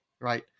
right